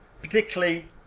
particularly